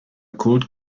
code